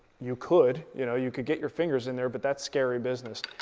you could, you know you could get your fingers in there, but that's scary business.